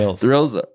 thrills